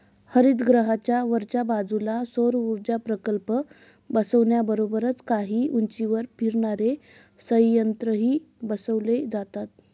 हरितगृहाच्या वरच्या बाजूला सौरऊर्जा प्रकल्प बसवण्याबरोबरच काही उंचीवर फिरणारे संयंत्रही बसवले जातात